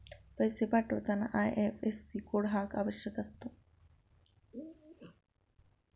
पैसे पाठवताना IFSC code का आवश्यक असतो?